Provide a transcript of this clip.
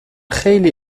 خیلی